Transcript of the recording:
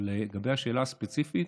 אבל לגבי השאלה הספציפית,